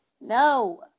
No